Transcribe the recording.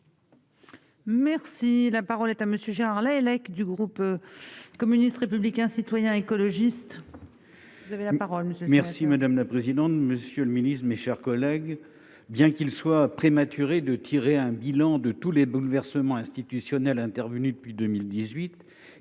Merci, la parole est à monsieur Gérard Lahellec, du groupe communiste républicain citoyen écologiste. Vous avez la parole merci madame la présidente, monsieur le Ministre, mes chers collègues, bien qu'il soit prématuré de tirer un bilan de tous les bouleversements institutionnels intervenus depuis 2018